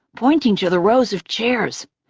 pointing to the rows of chairs.